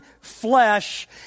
flesh